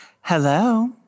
hello